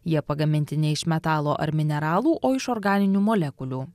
jie pagaminti ne iš metalo ar mineralų o iš organinių molekulių